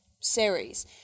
series